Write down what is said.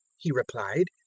he replied,